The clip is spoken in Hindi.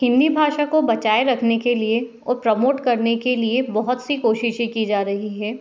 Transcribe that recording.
हिंदी भाषा को बचाए रखने के लिए और प्रमोट करने के लिए बहुत से कोशिशें की जा रही हैं